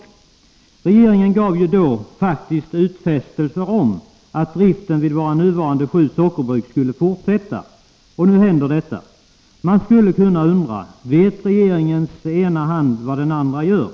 — 27 oktober 1983 Regeringen gav ju då faktiskt utfästelser om att driften vid våra nuvarande sju sockerbruk skulle fortsätta. Och nu händer detta! Man undrar: Vet — Om den svenska regeringens ena hand vad den andra gör?